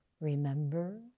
remember